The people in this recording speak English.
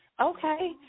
Okay